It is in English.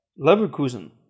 Leverkusen